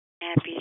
Happy